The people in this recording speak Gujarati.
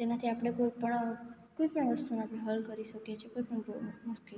જેનાથી આપણે કોઈ પણ કોઈ પણ વસ્તુને આપણે હલ કરી શકીએ છીએ કોઈ પણ પ્ર મુશ્કેલીને